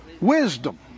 Wisdom